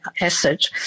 acid